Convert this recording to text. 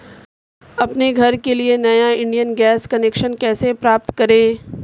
अपने घर के लिए नया इंडियन गैस कनेक्शन कैसे प्राप्त करें?